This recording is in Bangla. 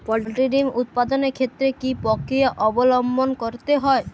পোল্ট্রি ডিম উৎপাদনের ক্ষেত্রে কি পক্রিয়া অবলম্বন করতে হয়?